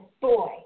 boy